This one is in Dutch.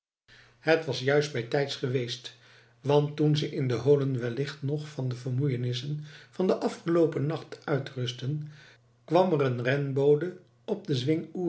het was juist bijtijds geweest want toen ze in de holen wellicht nog van de vermoeienissen van den afgeloopen nacht uitrustten kwam er een renbode op den